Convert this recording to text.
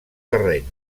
terreny